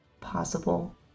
possible